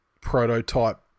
prototype